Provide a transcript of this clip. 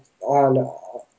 on